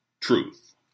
Truth